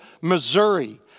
Missouri